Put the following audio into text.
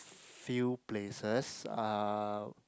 few places